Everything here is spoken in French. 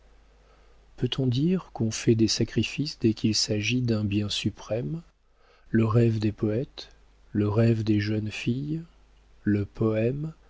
peut-on dire qu'on fait des sacrifices dès qu'il s'agit d'un bien suprême le rêve des poëtes le rêve des jeunes filles le poëme